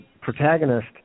protagonist